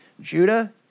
Judah